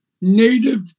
native